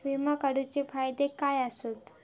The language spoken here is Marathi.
विमा काढूचे फायदे काय आसत?